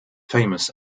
famous